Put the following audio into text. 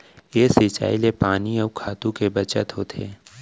ए सिंचई ले पानी अउ खातू के बचत होथे